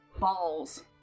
Balls